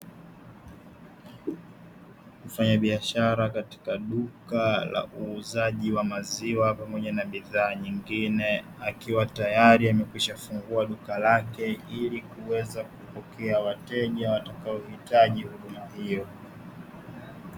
Mfanyabiashara katika duka la uuzaji wa maziwa pamoja na bidhaa nyingine, akiwa tayari amekwishafungua duka lake, ili kuweza kupokea wateja watakaohitaji huduma hiyo.